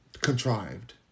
Contrived